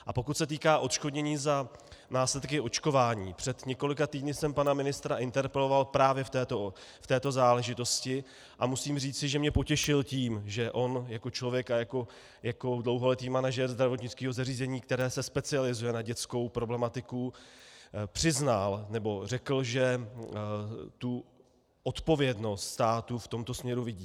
A pokud se týká odškodnění za následky očkování, před několika týdny jsem pana ministra interpeloval právě v této záležitosti a musím říci, že mě potěšil tím, že on jako člověk a jako dlouholetý manažer zdravotnického zařízení, které se specializuje na dětskou problematiku, přiznal, nebo řekl, že tu odpovědnost státu v tomto směru vidí.